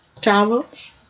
towels